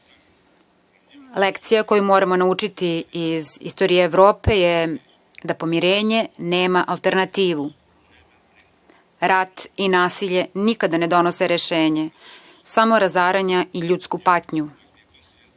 Lekcija koju moramo naučiti iz istorije Evrope je da pomirenje nema alternativu. Rat i nasilje nikada ne donose rešenje, samo razaranja i ljudsku patnju.